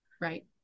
Right